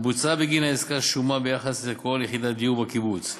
ובוצעה בגין העסקה שומה ביחס לכל יחידת דיור בקיבוץ.